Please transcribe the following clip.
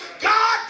God